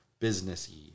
businessy